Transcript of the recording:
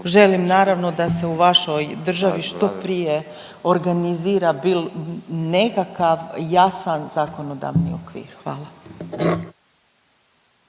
Želim naravno da se u vašoj državi što prije organizira bil… nekakav jasan zakonodavni okvir. Hvala.